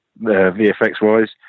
VFX-wise